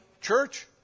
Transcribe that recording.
church